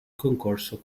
concorso